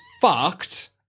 fucked